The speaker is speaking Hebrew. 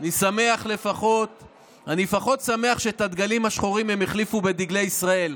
אני לפחות שמח שאת הדגלים השחורים הם החליפו בדגלי ישראל.